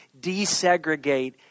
desegregate